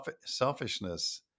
selfishness